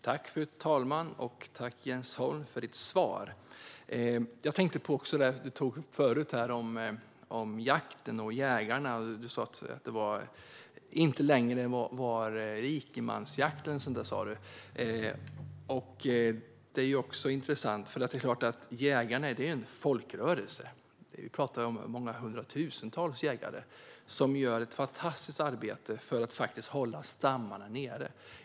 Fru talman! Tack för ditt svar, Jens Holm! Du tog tidigare upp jakten och jägarna och sa att det inte längre var rikemansjakt eller något sådant. Det är intressant. Att jaga är nämligen en folkrörelse. Vi talar om hundratusentals jägare, som gör ett fantastiskt arbete för att hålla nere storleken på stammarna.